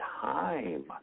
time